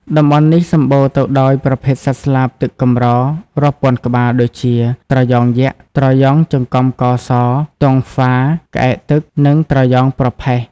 តំបន់នេះសម្បូរទៅដោយប្រភេទសត្វស្លាបទឹកកម្រ រាប់ពាន់ក្បាល ដូចជា ត្រយងយក្ស ត្រយងចង្កំកស ទង់ហ្វារ ក្អែកទឹក និងត្រយ៉ងប្រផេះ។